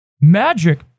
magic